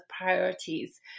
priorities